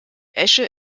esche